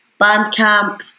Bandcamp